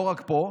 לא רק פה,